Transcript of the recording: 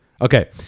okay